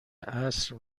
عصر